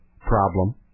Problem